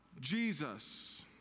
Jesus